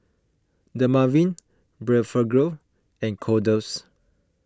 Dermaveen Blephagel and Kordel's